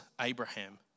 Abraham